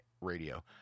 radio